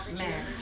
man